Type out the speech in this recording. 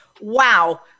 Wow